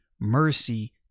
mercy